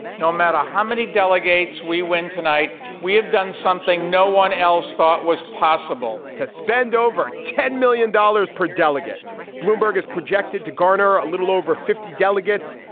no matter how many delegates we win tonight, we have done something no one else thought was possible to spend over ten million dollars per delegate bloomberg is projected to garner a little over fifty delegates.